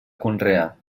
conrear